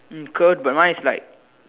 mm curled but mine is like